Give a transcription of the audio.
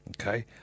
Okay